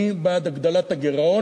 אני בעד הגדלת הגירעון.